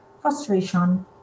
Frustration